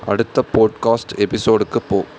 அடுத்த போட்காஸ்ட் எபிசோடுக்கு போ